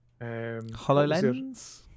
hololens